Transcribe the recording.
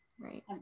Right